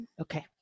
Okay